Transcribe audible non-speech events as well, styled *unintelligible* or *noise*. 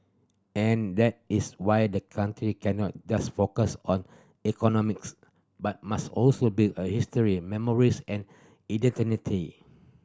and that is why the country cannot just focus on economics but must also build a history memories and *unintelligible*